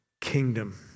kingdom